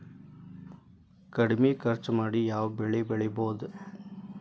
ಕಡಮಿ ಖರ್ಚ ಮಾಡಿ ಯಾವ್ ಬೆಳಿ ಬೆಳಿಬೋದ್?